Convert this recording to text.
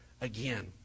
again